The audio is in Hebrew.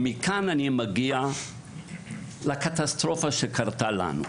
מכאן, אני מגיע לקטסטרופה שקרתה לנו.